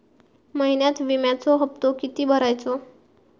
महिन्यात विम्याचो हप्तो किती भरायचो?